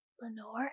Lenore